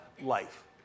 life